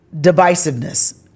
divisiveness